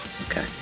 Okay